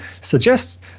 suggests